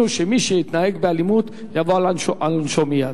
שמי שיתנהג באלימות יבוא על עונשו מייד.